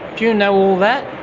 do you know all that?